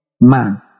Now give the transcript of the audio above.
Man